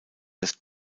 des